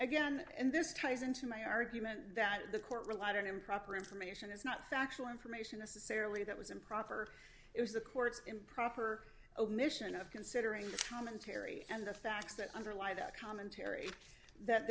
again and this ties into my argument that the court relied on improper information is not factual information necessary that was improper it was the court's improper omission of considering the commentary and the facts that underlie that commentary that